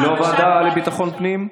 לא לוועדת ביטחון הפנים?